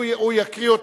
הוא יקריא אותה.